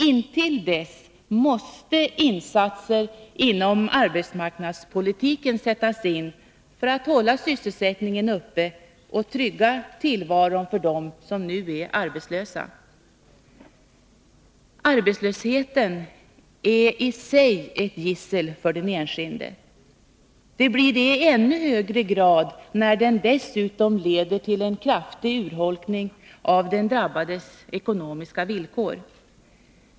Intill dess måste insatser inom arbetsmarknadspolitiken sättas in för att hålla sysselsättningen uppe och trygga tillvaron för dem som nu är arbetslösa. Arbetslösheten är i sig ett gissel för den enskilde. Det blir det i ännu högre grad när den dessutom leder till en kraftig urholkning av den drabbades ekonomiska villkor.